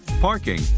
parking